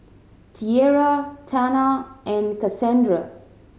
Tiera Tana and Kasandra